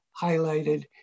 highlighted